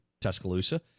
Tuscaloosa